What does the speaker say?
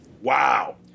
Wow